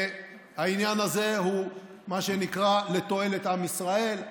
והעניין הזה הוא מה שנקרא "לתועלת עם ישראל",